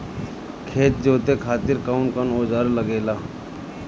खेत जोते खातीर कउन कउन औजार लागेला?